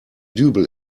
dübel